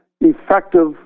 effective